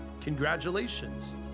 congratulations